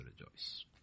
rejoice